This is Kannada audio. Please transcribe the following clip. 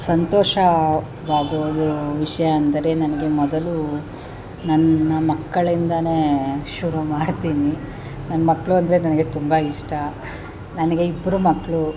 ಸಂತೋಷ ವಾಗುವುದು ವಿಷಯ ಅಂದರೆ ನನಗೆ ಮೊದಲೂ ನನ್ನ ಮಕ್ಕಳಿಂದಲೇ ಶುರು ಮಾಡ್ತೀನಿ ನನ್ನ ಮಕ್ಕಳು ಅಂದರೆ ನನಗೆ ತುಂಬ ಇಷ್ಟ ನನಗೆ ಇಬ್ಬರು ಮಕ್ಕಳು